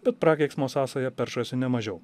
bet prakeiksmo sąsaja peršasi nemažiau